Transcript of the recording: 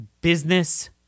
business